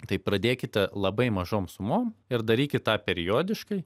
tai pradėkite labai mažom sumom ir darykit tą periodiškai